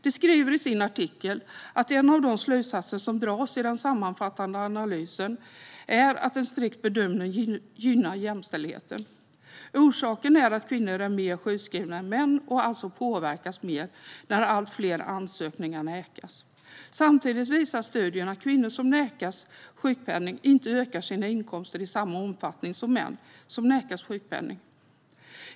De skriver i sin artikel att en av de slutsatser som dras i den sammanfattande analysen är att en strikt bedömning gynnar jämställdheten. Orsaken är att kvinnor är mer sjukskrivna än män och alltså påverkas mer när allt fler ansökningar avslås. Samtidigt visar studien att kvinnor som nekas sjukpenning inte ökar sina inkomster i samma omfattning som män som nekas sjukpenning.